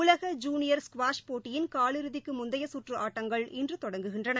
உலக junior squash போட்டியின் காலிறுதிக்குமுந்தையகற்றுஆட்டங்கள் இன்றுதொடங்குகின்றன